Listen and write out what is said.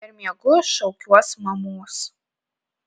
per miegus šaukiuos mamos